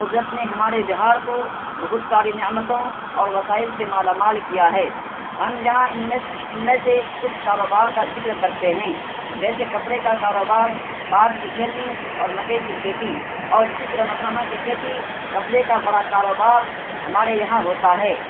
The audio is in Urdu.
قدرت نے ہمارے بہار کو بہت ساری نعمتوں اور وسائل سے مالامال کیا ہے ہم جہاں ان میں ان میں سے کچھ کاروبار کا ذکر کرتے ہیں جیسے کپڑے کا کاروبار پاٹ کی کھیتی اور مکئی کی کھیتی اور اسی طرح مکھانہ کی کھیتی کپڑے کا بڑا کاروبار ہمارے یہاں ہوتا ہے